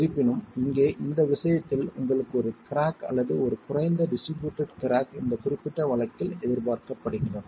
இருப்பினும் இங்கே இந்த விஷயத்தில் உங்களுக்கு ஒரு கிராக் அல்லது ஒரு குறைந்த டிஸ்ட்ரிபியூட்டட் கிராக் இந்த குறிப்பிட்ட வழக்கில் எதிர்பார்க்கப்படுகிறது